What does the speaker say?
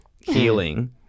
healing